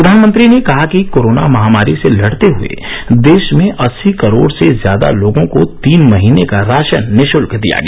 प्रधानमंत्री ने कहा कि कोरोना महामारी से लड़ते हुए देश में अस्सी करोड़ से ज्यादा लोगों को तीन महीने का राशन निःशुल्क दिया गया